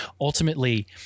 ultimately